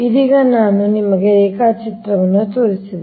ಇದೀಗ ನಾನು ನಿಮಗೆ ರೇಖಾಚಿತ್ರವನ್ನು ತೋರಿಸಿದೆ